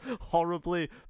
horribly